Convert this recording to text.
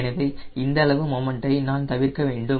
எனவே அந்த அளவு மொமன்டை நான் தவிர்க்க வேண்டும்